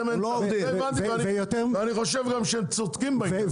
אין --- ואני חושב שהם גם צודקים בעניין הזה.